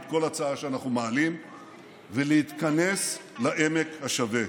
כל הצעה שאנחנו מעלים ולהתכנס לעמק השווה.